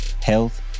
health